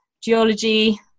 geology